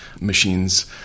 machines